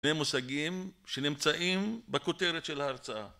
הם מושגים שנמצאים בכותרת של ההרצאה